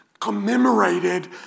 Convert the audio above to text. commemorated